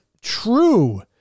true